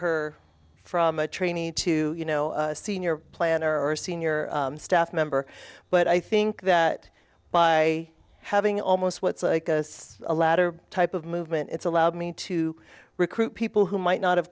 her from a trainee to you know senior planner or a senior staff member but i think that by having almost what's like a latter type of movement it's allowed me to recruit people who might not have